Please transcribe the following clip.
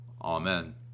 Amen